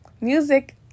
music